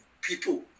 people